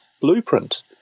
blueprint